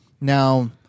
Now